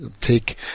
take